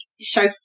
show